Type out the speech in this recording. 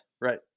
right